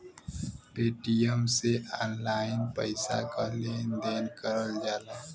Paytm से online पइसा क लेन देन करल जाला